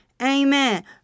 Amen